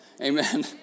Amen